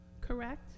correct